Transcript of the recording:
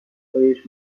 ستایش